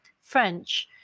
French